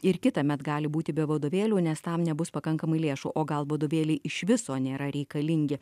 ir kitąmet gali būti be vadovėlių nes tam nebus pakankamai lėšų o gal vadovėliai iš viso nėra reikalingi